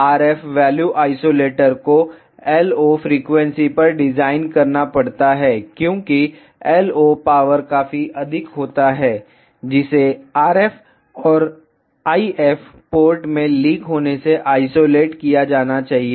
RF value isolator को LO frequency पर design करना पड़ता है क्योंकि LO पावर काफी अधिक होता है और जिसे RF और IF पोर्ट में लीक होने से आइसोलेट किया जाना चाहिए